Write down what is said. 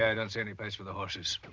and so and the place for the horses?